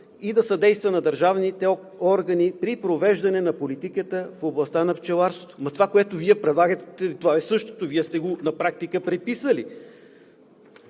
и да съдейства на държавните органи при провеждане на политиката в областта на пчеларството.“ Ами това, което Вие предлагате, е същото – Вие на практика сте го преписали.